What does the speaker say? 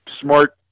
smart